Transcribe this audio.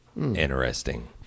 interesting